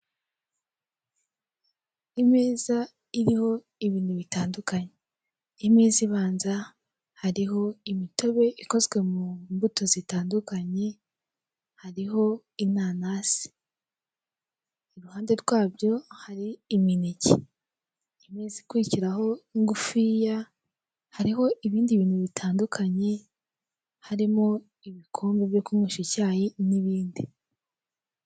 Imeza iriho ibintu bitandukanye imeza ibanza hariho imitobe ikozwe mu mbuto zitandukanye, hariho inanasi iruhande rwabyo, hari imineke imeza ikurikiraho ngufuya hariho, ibindi bintu bitandukanye harimo ibikombe byo kunywesha icyayi n'ibindi.